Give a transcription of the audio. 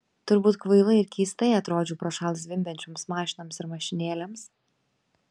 turbūt kvailai ir keistai atrodžiau prošal zvimbiančioms mašinoms ir mašinėlėms